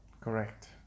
Correct